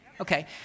Okay